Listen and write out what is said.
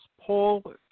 Paul